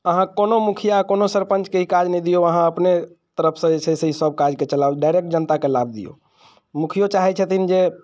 अहाँ कोनो मुखिआ कोनो सरपञ्चके ई काज नहि दिऔ अहाँ अपने तरफसँ जे छै से ई सब काजके चलाउ डाइरेक्ट जनताके लाभ दिऔ मुखिओ चाहैत छथिन जे